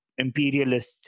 imperialist